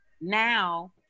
now